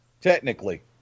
Technically